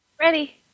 ready